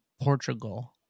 portugal